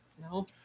No